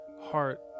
heart